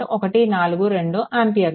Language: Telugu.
142 ఆంపియర్లు